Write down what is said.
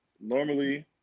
Normally –